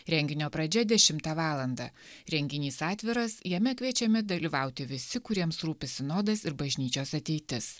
renginio pradžia dešimtą valandą renginys atviras jame kviečiami dalyvauti visi kuriems rūpi sinodas ir bažnyčios ateitis